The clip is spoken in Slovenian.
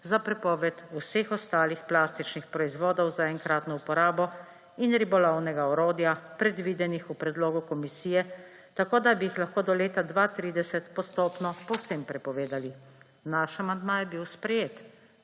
za prepoved vseh ostalih plastičnih proizvodov za enkratno uporabo in ribolovnega orodja, predvidenih v predlogu komisije, tako da bi jih lahko do leta 2030 postopno povsem prepovedali. Naš amandma je bil sprejet,